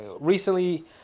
Recently